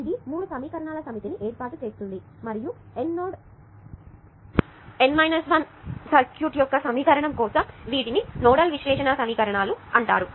కాబట్టి ఇది మూడు సమీకరణాల సమితిని ఏర్పాటు చేస్తుంది మరియు N నోడ్ సర్క్యూట్ N 1 సమీకరణం కోసం వీటిని నోడల్ విశ్లేషణ సమీకరణాలు అంటారు